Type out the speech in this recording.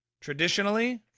traditionally